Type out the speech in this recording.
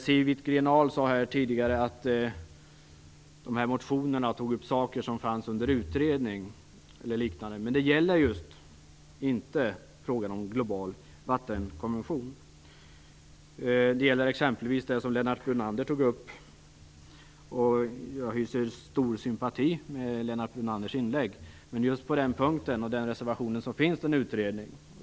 Siw Wittgren-Ahl sade tidigare att motionerna tog upp frågor som är under utredning. Men det gäller inte just frågan om en global vattenkonvention. Det gäller exempelvis den reservation som Lennart Brunander tog upp i sitt inlägg - ett inlägg som jag hyser stor sympati för. I reservationen finns det en utredning.